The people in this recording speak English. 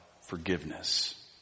forgiveness